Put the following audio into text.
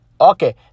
Okay